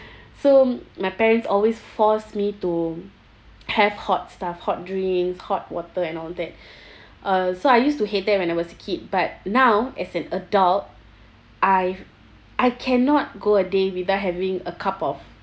so my parents always forced me to have hot stuff hot drinks hot water and all that uh so I used to hate that when I was a kid but now as an adult I I cannot go a day without having a cup of